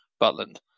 Butland